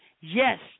yes